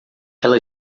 ela